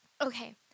Okay